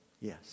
yes